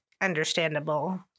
understandable